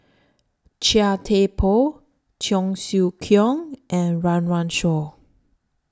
Chia Thye Poh Cheong Siew Keong and Run Run Shaw